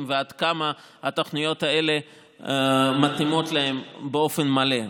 ועד כמה התוכניות האלה מתאימות להם באופן מלא.